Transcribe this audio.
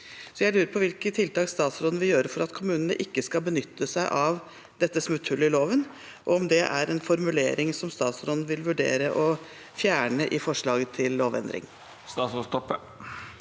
Jeg lurer på hvilke tiltak statsråden vil gjøre for at kommunene ikke skal benytte seg av dette smutthullet i loven, og om det er en formulering som statsråden vil vurdere å fjerne i forslaget til lovendring.